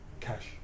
Cash